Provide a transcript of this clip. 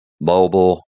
Mobile